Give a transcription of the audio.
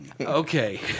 Okay